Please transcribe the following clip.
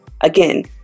again